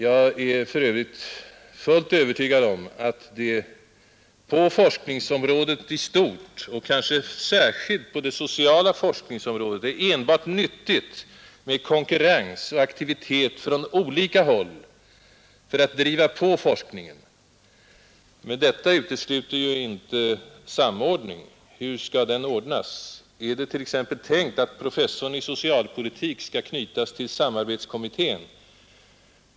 Jag är för övrigt fullt övertygad om att det på forskningsområdet i stort och kanske särskilt på det sociala forskningsområdet är enbart nyttigt med konkurrens och aktiviteter från olika håll för att driva på forskningen. Men detta utesluter ju inte samordning. Hur skall den ordnas? Är det t.ex. tänkt att professorn i socialpolitik skall knytas till samarbetskommittén?